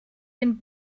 den